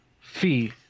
Fee